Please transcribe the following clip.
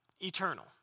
Eternal